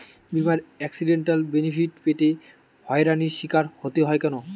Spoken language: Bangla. বিমার এক্সিডেন্টাল বেনিফিট পেতে হয়রানির স্বীকার হতে হয় কেন?